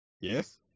Yes